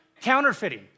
Counterfeiting